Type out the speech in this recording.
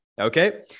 Okay